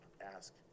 ask